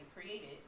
created